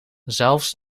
zelfs